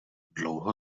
dlouho